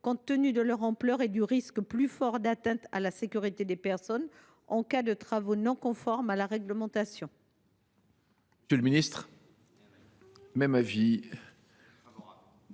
compte tenu de leur ampleur et du risque plus fort d’atteinte à la sécurité des personnes en cas de travaux non conformes à la réglementation.